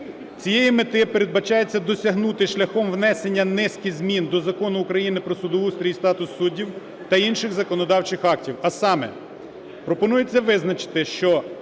Цієї мети передбачається досягнути шляхом внесення низки змін до Закону України "Про судоустрій і статус суддів" та інших законодавчих актів. А саме: пропонується визначити, що